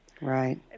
Right